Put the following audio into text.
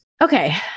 okay